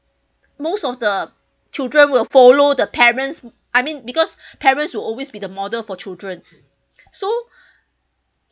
most of the children will follow the parents I mean because parents will always be the model for children so